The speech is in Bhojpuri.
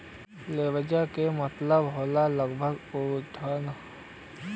लिवरेज के मतलब होला लाभ उठाना